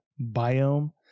biome